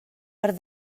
per